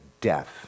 death